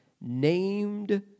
named